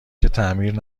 تعمیر